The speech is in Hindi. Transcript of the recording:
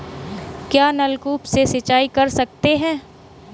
क्या नलकूप से सिंचाई कर सकते हैं?